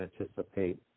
anticipate